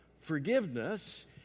forgiveness